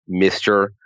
Mr